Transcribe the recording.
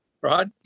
right